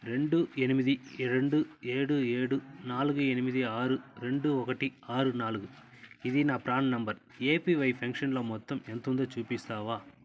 రెండు ఎనిమిది రెండు ఏడు ఏడు నాలుగు ఎనిమిది ఆరు రెండు ఒకటి ఆరు నాలుగు ఇది నా ప్రాన్ నెంబర్ ఏపీవై పెన్షన్లో మొత్తం ఎంతుందో చూపిస్తావా